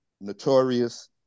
Notorious